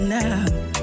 now